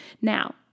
Now